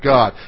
God